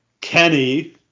Kenny